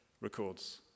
records